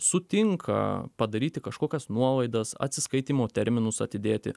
sutinka padaryti kažkokias nuolaidas atsiskaitymo terminus atidėti